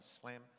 slam